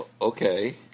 okay